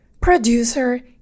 producer